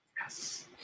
yes